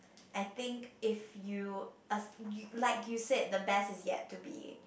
I think if you like you said the best is yet to be